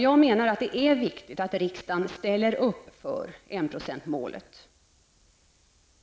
Jag menar att det är viktigt att riksdagen ställer upp för enprocentsmålet.